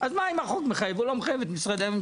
זה לא שהשארתי את זה ליד המקרה.